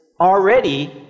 already